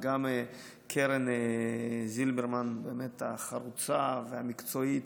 וגם קרן זילברמן החרוצה והמקצועית